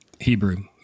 Hebrew